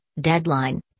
deadline